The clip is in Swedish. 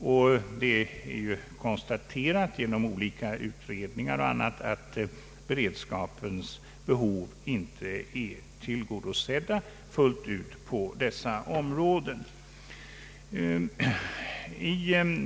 Genom olika utredningar och på annat sätt har även konstaterats att beredskapsbehovet inte är fullt tillgodosett på dessa områden.